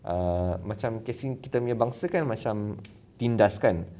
err macam casing kita punya bangsa kan macam tindaskan